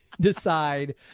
decide